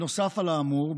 נוסף על האמור,